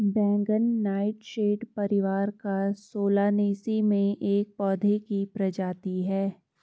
बैंगन नाइटशेड परिवार सोलानेसी में एक पौधे की प्रजाति है